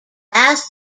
last